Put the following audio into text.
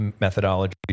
methodology